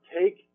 take